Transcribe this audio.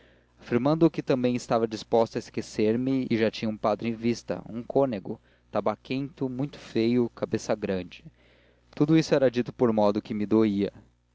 afirmando que também estava disposta a esquecer-me e já tinha um padre em vista um cônego tabaquento muito feio cabeça grande tudo isso era dito por modo que me doía